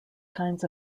kinds